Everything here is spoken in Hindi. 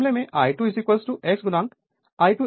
तो इस मामले में I2 x I2 fl होगा